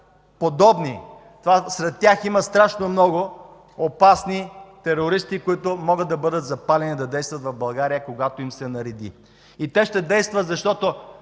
подобни... Сред тях има страшно много опасни терористи, които могат да бъдат запалени да действат в България, когато им се нареди. И те ще действат, защото